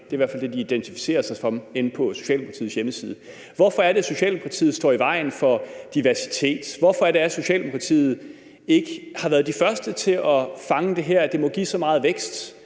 Det er i hvert fald det, de identificerer sig som på Socialdemokratiets hjemmeside. Hvorfor er det, at Socialdemokratiet står i vejen for diversitet? Hvorfor er det, at Socialdemokratiet ikke har været de første til at fange det her? Det må give så meget vækst,